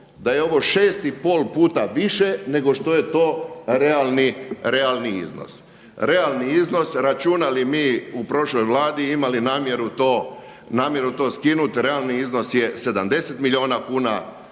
da je ovo 6 i pol puta više nego što je to realni iznos. Realni iznos računali mi u prošloj Vladi, imali namjeru to skinut. Realni iznos je 70 milijuna kuna